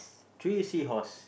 three seahorse